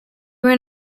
ran